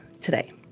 today